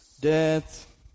Death